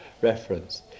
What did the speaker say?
reference